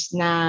na